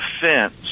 fence